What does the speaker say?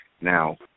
Now